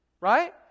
Right